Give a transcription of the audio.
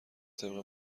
طبق